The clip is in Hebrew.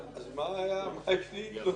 אם אני יכולה לפרט את זה במקום הזה,